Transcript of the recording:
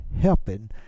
helping